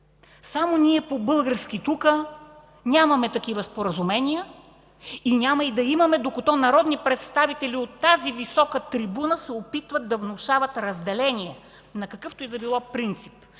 Само ние по български тук нямаме такива споразумения. Няма и да имаме, докато народни представители от тази висока трибуна се опитват да внушават разделение на какъвто и да било принцип,